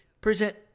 present